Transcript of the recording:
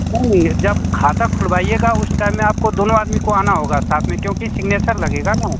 नई नई जब खाता खुलवाईएगा उस टाइम में आपको दोनों आदमी को आना होगा साथ में क्योंकि सिग्नेचर लगेगा ना